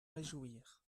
réjouir